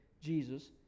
Jesus